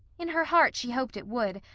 in her heart she hoped it would,